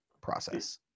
process